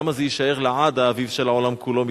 למה זה יישאר לעד האביב של העולם כולו?